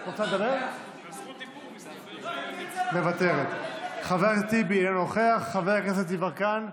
חבר הכנסת טיבי, אינו נוכח, חבר הכנסת יברקן,